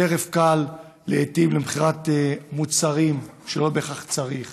טרף קל לעיתים למכירת מוצרים שלא בהכרח צריך